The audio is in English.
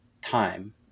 time